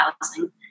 housing